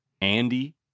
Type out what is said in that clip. Andy